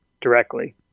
directly